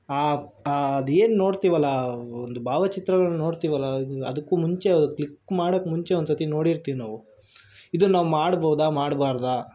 ಆ ಅದೇನು ನೋಡ್ತೀವಲ್ವ ಒಂದು ಭಾವಚಿತ್ರಗಳ್ನ ನೋಡ್ತೀವಲ್ವ ಅದು ಅದಕ್ಕೂ ಮುಂಚೆ ಕ್ಲಿಕ್ ಮಾಡಕ್ಕೆ ಮುಂಚೆ ಒಂದು ಸರ್ತಿ ನೋಡಿರ್ತೀವಿ ನಾವು ಇದು ನಾವು ಮಾಡ್ಬೋದಾ ಮಾಡಬಾರ್ದಾ